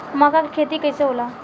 मका के खेती कइसे होला?